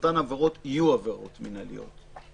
שאותן עבירות יהיו עבירות מנהליות.